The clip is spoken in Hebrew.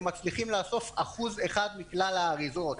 הם מצליחים לאסוף 1% מכלל האריזות.